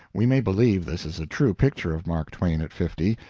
we may believe this is a true picture of mark twain at fifty.